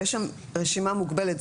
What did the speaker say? יש שם רשימה מוגבלת.